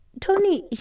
Tony